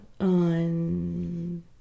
On